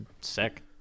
sick